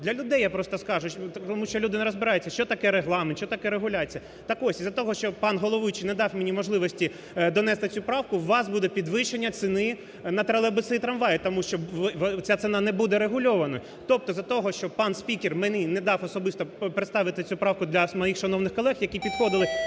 Для людей я просто скажу, тому що люди не розбираються, що таке Регламент, що таке регуляція. Так ось, із-за того, що пан головуючий не дав мені можливості донести цю правку, у вас буде підвищення ціни на тролейбуси і трамваї, тому що ця ціна не буде регульованою. Тобто із-за того, що пан спікер мені не дав особисто представити цю правку для моїх шановних колег, які підходили